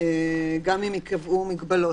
גם אם ייקבעו מגבלות.